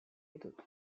ditut